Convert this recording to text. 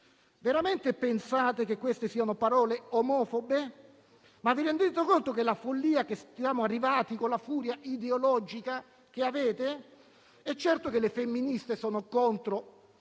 veramente pensate che queste siano parole omofobe? Ma vi rendete conto della follia cui siamo arrivati con la furia ideologica che avete? E certo che le femministe sono contro